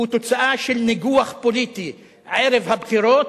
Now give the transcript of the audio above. הוא תוצאה של ניגוח פוליטי ערב הבחירות.